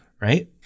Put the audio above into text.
Right